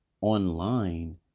online